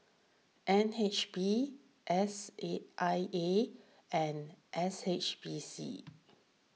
N H B S E I A and S H B C